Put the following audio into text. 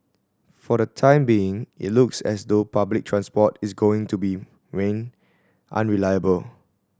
for the time being it looks as though public transport is going to be unreliable